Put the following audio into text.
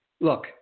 look